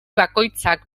bakoitzak